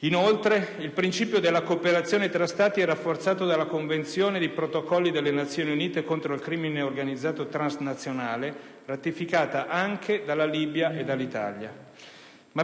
Inoltre, il principio della cooperazione tra Stati è rafforzato dalla Convenzione e dai Protocolli delle Nazioni Unite contro il crimine organizzato transnazionale, ratificati anche dalla Libia e dall'Italia.